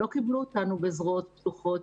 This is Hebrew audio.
לא קיבלו אותנו בזרועות פתוחות